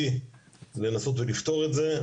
לנסות ולפתור את זה.